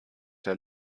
der